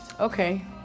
Okay